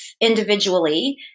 individually